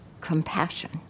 compassion